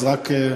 אז רק,